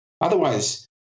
Otherwise